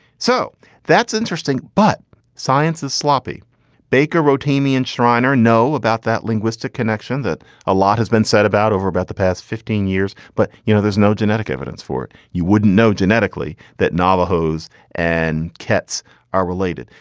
so that's interesting. but science is sloppy baker, rotimi and striner know about that linguistic connection that a lot has been said about over about the past fifteen years. but, you know, there's no genetic evidence for it. you wouldn't know genetically that navajos navajos and cats are related.